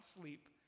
sleep